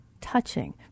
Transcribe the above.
touching